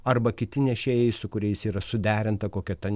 arba kiti nešėjai su kuriais yra suderinta kokia ta